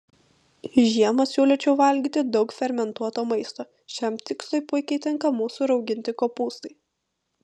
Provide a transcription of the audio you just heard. žiemą siūlyčiau valgyti daug fermentuoto maisto šiam tikslui puikiai tinka mūsų rauginti kopūstai